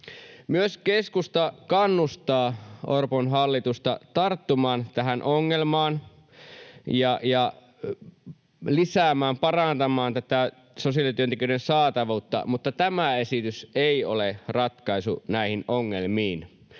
Myös keskusta kannustaa Orpon hallitusta tarttumaan tähän ongelmaan ja lisäämään, parantamaan, tätä sosiaalityöntekijöiden saatavuutta, mutta tämä esitys ei ole ratkaisu näihin ongelmiin.